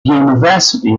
university